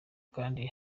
kandi